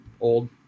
Old